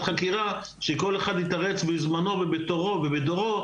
חקירה שכל אחד יתרץ בזמנו ובתורו ובדורו,